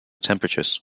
temperatures